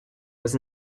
was